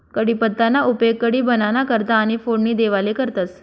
कढीपत्ताना उपेग कढी बाबांना करता आणि फोडणी देवाले करतंस